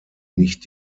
nicht